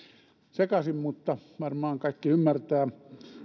sekaisin mutta kaikki varmaan ymmärtävät